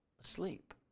asleep